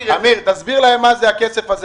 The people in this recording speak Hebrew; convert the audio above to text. אמיר, תסביר להם מה זה הכסף הזה.